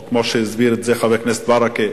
או כמו שהסביר את זה חבר הכנסת ברכה,